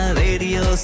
radio